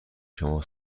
شما